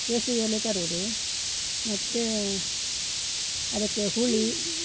ಕೆಸು ಎಲೆ ತರುವುದು ಮತ್ತು ಅದಕ್ಕೆ ಹುಳಿ